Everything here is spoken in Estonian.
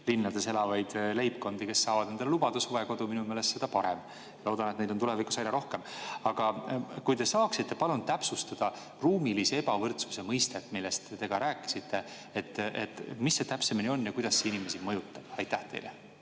linnades elavaid leibkondi, kes saavad endale lubada suvekodu, seda parem. Loodan, et neid on tulevikus aina rohkem. Aga kas te saaksite palun täpsustada ruumilise ebavõrdsuse mõistet, millest te ka rääkisite? Mis see täpsemini on ja kuidas see inimesi mõjutab? Aitäh, hea